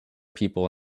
people